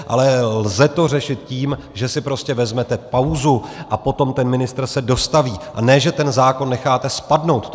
Ale lze to řešit tím, že si prostě vezmete pauzu a potom ten ministr se dostaví, a ne že ten zákon necháte spadnout.